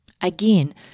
Again